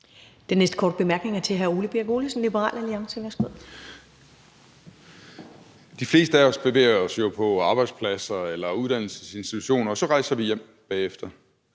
Den næste korte bemærkning er fra hr. Ole Birk Olesen, Liberal Alliance. Værsgo. Kl. 14:54 Ole Birk Olesen (LA): De fleste af os bevæger os jo rundt på arbejdspladser eller uddannelsesinstitutioner, og så rejser vi hjem bagefter.